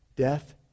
Death